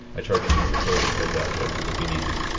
i charge two percent of the transaction if you need me.